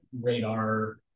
radar